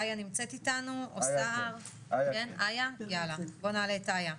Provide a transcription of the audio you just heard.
איה נמצאת איתנו, בואו נעלה את איה.